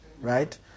right